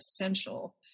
essential